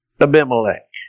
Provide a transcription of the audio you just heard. Abimelech